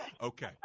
Okay